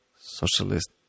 socialist